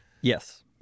yes